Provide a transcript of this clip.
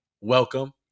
welcome